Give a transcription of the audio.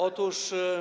Otóż.